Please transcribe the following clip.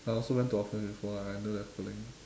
I also went to orphanage before and I know that feeling